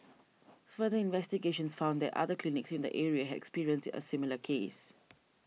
further investigations found that other clinics in the area had experienced a similar case